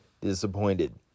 disappointed